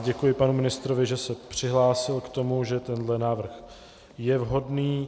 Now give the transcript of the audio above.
Děkuji panu ministrovi, že se přihlásil k tomu, že tenhle návrh je vhodný.